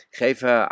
geven